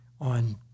on